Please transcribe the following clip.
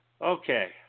Okay